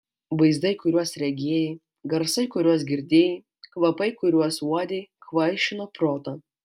vaizdai kuriuos regėjai garsai kuriuos girdėjai kvapai kuriuos uodei kvaišino protą